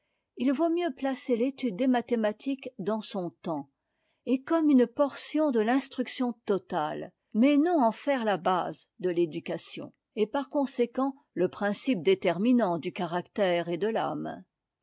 il vaut mieux ptaeer l'étude des mathématiques dans son temps et comme une portion de l'instruction totale mais non en faire la base de l'éducation t par conséquent le principe déterminant du ca ractère et de t'âme